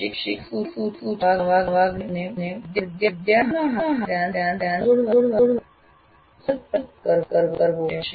શિક્ષકે સૂચિત નવા જ્ઞાનને વિદ્યાર્થીઓના હાલના જ્ઞાન સાથે જોડવા સખત પ્રયાસ કરવો પડશે